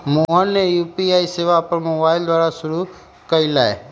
मोहना ने यू.पी.आई सेवा अपन मोबाइल द्वारा शुरू कई लय